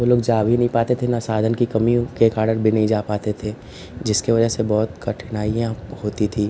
वो लोग जा भी नहीं पाते थे न साधन की कमियों के कारण भी नहीं जा पाते थे जिसके वजह से बहुत कठिनाइयाँ होती थी